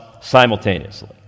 simultaneously